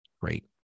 Great